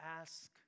ask